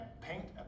paint